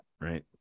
right